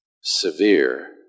severe